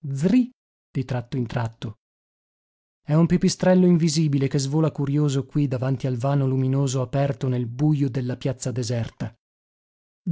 di tratto in tratto è un pipistrello invisibile che svola curioso qui davanti al vano luminoso aperto nel bujo della piazza deserta